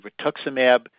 rituximab